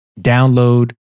download